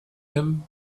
him